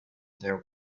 their